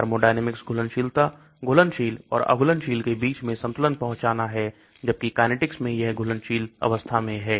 Thermodynamics घुलनशीलता घुलनशील और अघुलनशील के बीच में संतुलन पहुंचना है जबकि Kinetics मैं यह घुलनशील अवस्था में है